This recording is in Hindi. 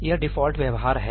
तो यह डिफ़ॉल्ट व्यवहार है